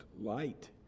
light